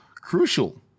crucial